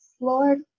Lord